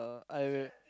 I